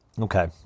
Okay